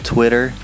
Twitter